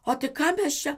o tai ką mes čia